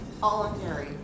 Voluntary